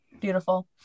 Beautiful